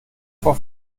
vor